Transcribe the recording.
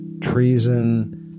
treason